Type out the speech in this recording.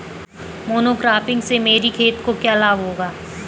Monocropping से मेरी खेत को क्या लाभ होगा?